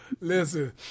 listen